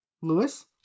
Lewis